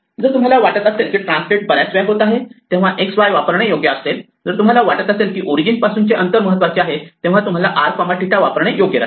जर तुम्हाला वाटत असेल की ट्रान्सलेट बऱ्याच वेळा होत आहे तेव्हा x y वापरणे योग्य असेल जर तुम्हाला वाटत असेल की ओरिजिन पासूनचे अंतर महत्वाचे आहे तर तेव्हा तुम्ही r 𝜭 वापरणे योग्य राहील